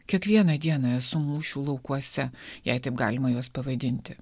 kiekvieną dieną esu mūšių laukuose jei taip galima juos pavadinti